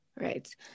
right